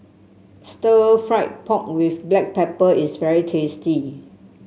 stir fry pork with Black Pepper is very tasty